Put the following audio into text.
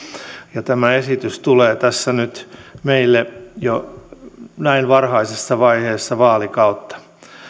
ja tämä esitys tulee tässä nyt meille jo näin varhaisessa vaiheessa vaalikautta